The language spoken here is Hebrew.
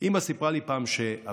אימא סיפרה לי פעם שאביה,